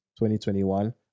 2021